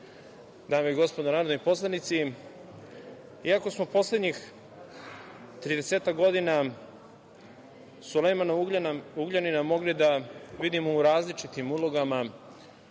dame i gospodo narodni poslanici, iako smo poslednjih 30-ak godina Sulejmana Ugljanina mogli da vidimo u različitim ulogama,